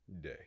day